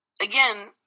Again